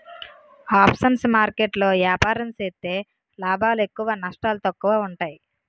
options market లో ఏపారం సేత్తే లాభాలు ఎక్కువ నష్టాలు తక్కువ ఉంటాయి